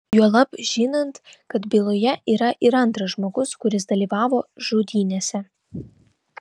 juolab žinant kad byloje yra ir antras žmogus kuris dalyvavo žudynėse